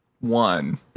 one